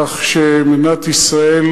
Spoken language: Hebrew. כך שמדינת ישראל,